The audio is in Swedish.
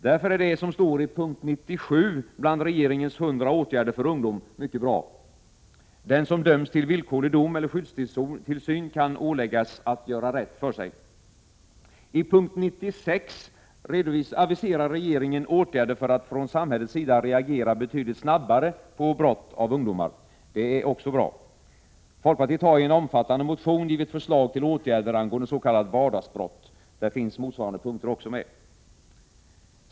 Därför är det som står i punkt 97 bland regeringens ”100 åtgärder för ungdom” mycket bra. Den som döms till villkorlig dom eller skyddstillsyn kan åläggas ”att göra rätt för sig”. I punkt 96 aviserar regeringen ”åtgärder för att från samhällets sida reagera betydligt snabbare på brott av ungdomar”. Det är också bra. Folkpartiet har i en omfattande motion givit förslag till åtgärder angående s.k. vardagsbrott. Där finns motsvarande punkter också med.